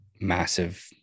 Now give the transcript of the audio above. massive